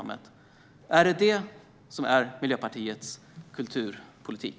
Är det Miljöpartiets kulturpolitik?